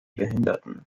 behinderten